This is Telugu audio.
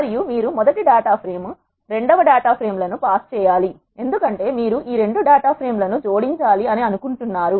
మరియు మీరు మొదటి డేటా ఫ్రేమ్ మరియు రెండవ డాటా ఫ్రేమ్ లను పాస్ చేయాలి ఎందుకంటే మీరు ఈ రెండు డాటా ఫ్రేమ్ లను జోడించాలి అని కోరుకుంటున్నారు